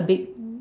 a big